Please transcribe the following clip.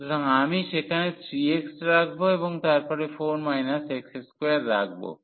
সুতরাং আমি সেখানে 3x রাখব এবং তারপরে 4 x2 রাখব